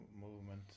movement